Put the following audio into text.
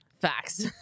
Facts